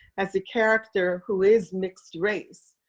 as the character who is mixed race.